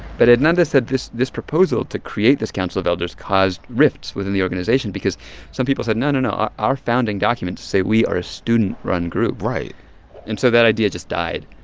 but hernandez and and said this this proposal to create this council of elders caused rifts within the organization because some people said, no, no, no, our founding documents say we are a student-run group right and so that idea just died.